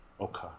Okay